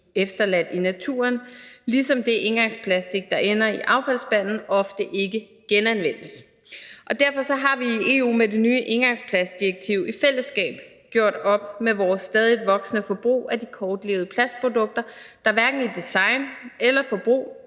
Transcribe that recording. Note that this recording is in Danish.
efterladt i naturen, ligesom det engangsplastik, der ender i affaldsspanden, ofte ikke genanvendes. Og derfor har vi i EU med det nye engangsplastdirektiv i fællesskab gjort op med vores stadig voksende forbrug af de kortlivede plastprodukter, der hverken i design eller forbrug